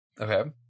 Okay